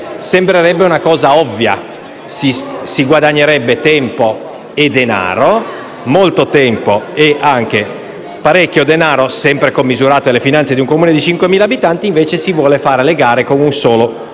Sembrerebbe una misura ovvia. Si guadagnerebbe tempo e denaro: molto tempo e anche parecchio denaro, sempre commisurato alle finanze di un Comune di 5.000 abitanti. Invece, si vogliono fare le gare con un solo